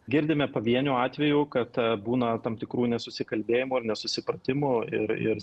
girdime pavienių atvejų kada būna tam tikrų nesusikalbėjimų ir nesusipratimų ir ir